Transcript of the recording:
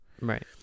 Right